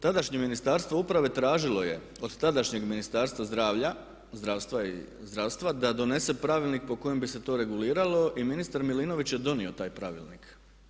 Tadašnje Ministarstvu uprave tražilo je od tadašnjeg Ministarstva zdravlja, zdravstva da donese pravilnik po kojem bi se to reguliralo i ministar Milinović je donio taj pravilnik.